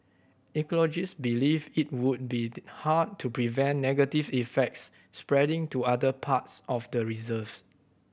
ecologists believe it would be hard to prevent negative effects spreading to other parts of the reserve